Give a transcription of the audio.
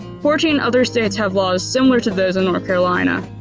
fortunately, other states have laws similar to those in north carolina,